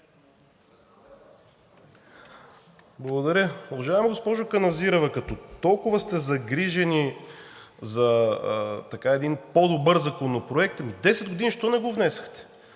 Благодаря. Уважаема госпожо Каназирева, като толкова сте загрижени за един по-добър законопроект, преди 10 години защо не го внесохте?